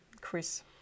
Chris